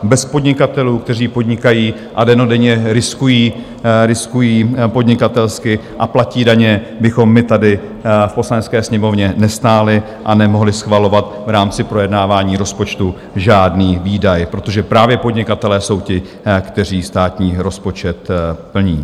Bez podnikatelů, kteří podnikají a dennodenně riskují podnikatelsky a platí daně, bychom my tady v Poslanecké sněmovně nestáli a nemohli schvalovat v rámci projednávání rozpočtu žádný výdaj, protože právě podnikatelé jsou ti, kteří státní rozpočet plní.